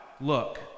look